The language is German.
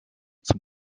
zum